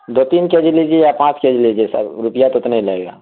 دو تین K G لیجے گا یا پانچ کے جی لیجیے سر روپیہ تو اتنے لگے گا